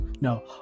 no